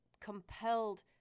compelled